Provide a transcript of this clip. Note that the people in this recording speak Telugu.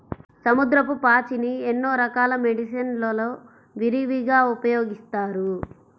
సముద్రపు పాచిని ఎన్నో రకాల మెడిసిన్ లలో విరివిగా ఉపయోగిస్తారు